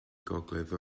gogledd